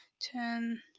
Ten